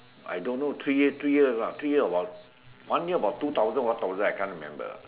I don't know three year three year lah three year about one year about two thousand one thousand I can't remember